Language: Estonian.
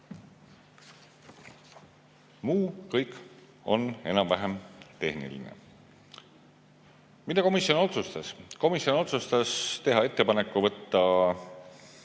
muu on enam-vähem tehniline. Mida komisjon otsustas? Komisjon otsustas teha ettepaneku võtta